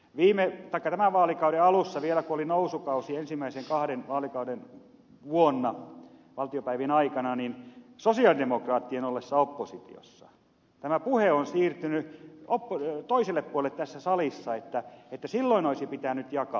tämän vaalikauden alussa vielä kun oli nousukausi vaalikauden kahtena ensimmäisenä vuonna valtiopäivien aikana niin sosialidemokraattien ollessa oppositiossa tämä puhe on siirtynyt toiselle puolelle tässä salissa että silloin olisi pitänyt jakaa